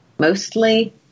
Mostly